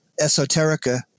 esoterica